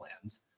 plans